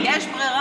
אבל לנו יש ברירה.